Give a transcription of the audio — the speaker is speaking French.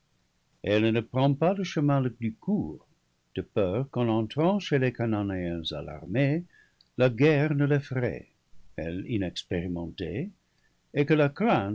elle ne prend pas le chemin le plus court de peur qu'en entrant chez les chananéens alarmés la guerre ne l'effraye elle inexpérimentée et que la